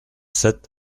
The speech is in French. sept